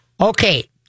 Okay